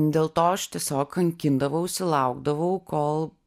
dėl to aš tiesiog kankindavausi laukdavau kol